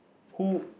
who